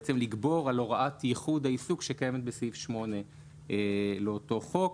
בעצם לגבור על הוראת ייחוד העיסוק שקיימת בסעיף 8 לאותו חוק.